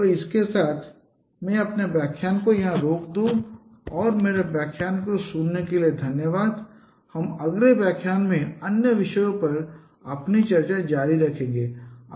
तो इसके साथ मैं अपने व्याख्यान को यहां रोक दूं और मेरे व्याख्यान को सुनने के लिए धन्यवाद हम अगले व्याख्यान से अन्य विषयों पर अपनी चर्चा जारी रखेंगे